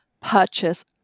purchase